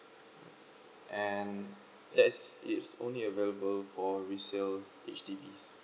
and that's it's only available for resale H_D_B